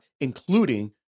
including